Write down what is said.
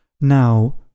now